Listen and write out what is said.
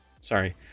Sorry